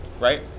right